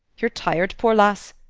ye're tired, poor lass!